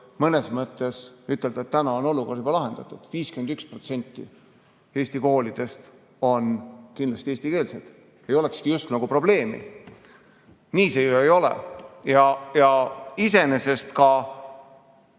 mõnes mõttes ütelda, et täna on olukord juba lahendatud. 51% Eesti koolidest on kindlasti eestikeelsed, ei olegi just nagu probleemi. Nii see ju ei ole. Ja iseenesest